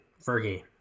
Fergie